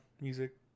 music